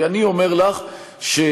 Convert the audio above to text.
כי אני אומר לך שלתת